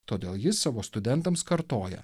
todėl jis savo studentams kartoja